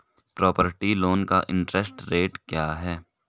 Property loan का interest rate क्या है?